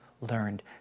learned